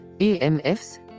EMFs